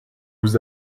vous